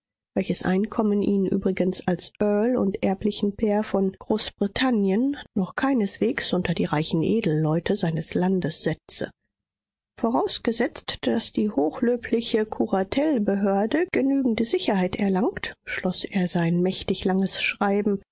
welches einkommen ihn übrigens als earl und erblichen pair von großbritannien noch keineswegs unter die reichen edelleute seines landes setze vorausgesetzt daß die hochlöbliche kuratelbehörde genügende sicherheit erlangt schloß er sein mächtig langes schreiben